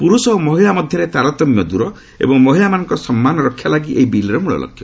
ପୁରୁଷ ଓ ମହିଳା ମଧ୍ୟରେ ତାରତମ୍ୟ ଦୂର ଏବଂ ମହିଳାମାନଙ୍କ ସମ୍ମାନ ରକ୍ଷା ଲାଗି ଏହି ବିଲ୍ର ମୂଳଲକ୍ଷ୍ୟ